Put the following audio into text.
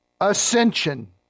Ascension